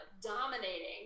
dominating